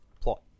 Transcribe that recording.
plot